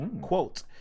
Quote